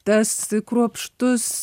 tas kruopštus